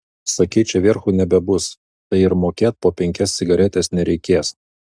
sakei čia vierchų nebebus tai ir mokėt po penkias cigaretes nereikės